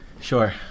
sure